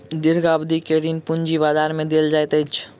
दीर्घ अवधि के ऋण पूंजी बजार में देल जाइत अछि